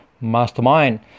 mastermind